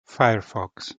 firefox